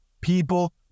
people